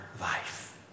life